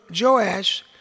Joash